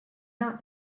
not